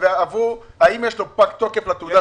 האם תעודת הזהות שלו פג תוקפה?